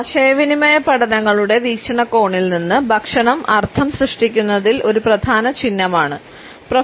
ആശയവിനിമയ പഠനങ്ങളുടെ വീക്ഷണകോണിൽ നിന്ന്ഭക്ഷണം അർത്ഥം സൃഷ്ടിക്കുന്നതിൽ ഒരു പ്രധാന ചിഹ്നം ആണ്